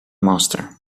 master